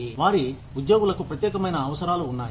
వారి ఉద్యోగులకు ప్రత్యేకమైన అవసరాలు ఉన్నాయి